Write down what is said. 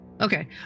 Okay